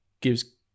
gives